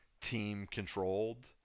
team-controlled